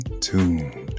tuned